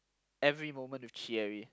every moment with